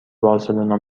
بارسلونا